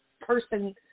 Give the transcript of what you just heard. person